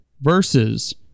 versus